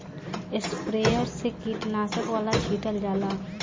sprayer से कीटनाशक वाला छीटल जाला